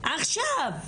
עכשיו,